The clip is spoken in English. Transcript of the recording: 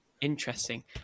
interesting